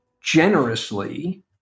generously